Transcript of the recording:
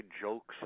jokes